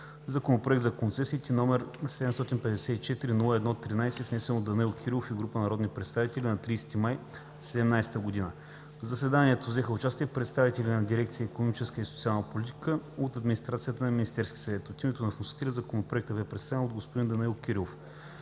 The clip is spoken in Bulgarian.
Законопроект за концесиите, № 754-01-13, внесен от Данаил Кирилов и група народни представители на 30 май 2017 г. В заседанието взеха участие представители на дирекция „Икономическа и социална политика“ от администрацията на Министерския съвет. От името на вносителя Законопроектът бе представен от господин Данаил Кирилов.